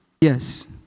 yes